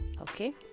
okay